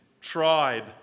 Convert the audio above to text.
tribe